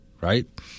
right